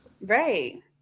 Right